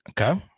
Okay